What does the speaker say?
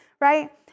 right